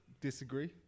disagree